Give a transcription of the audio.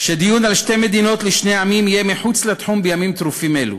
שדיון על שתי מדינות לשני עמים יהיה מחוץ לתחום בימים טרופים אלו,